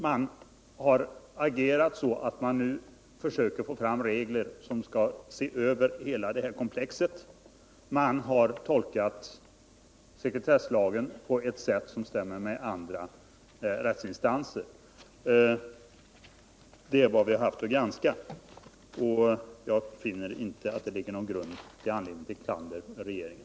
1940-talet. Regeringens agerande har gått ut på att försöka få fram regler för hela detta komplex, och man har därvid tolkat sekretesslagen på ett sätt som stämmer med andra rättsinstanser. Det är vad vi har haft att granska, och jag finner inte att det härvidlag finns någon anledning till klander mot regeringen.